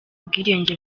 ubwigenge